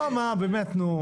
לא, מה, באמת, נו.